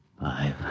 Five